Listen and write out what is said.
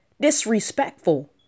disrespectful